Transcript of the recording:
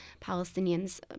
Palestinians